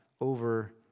over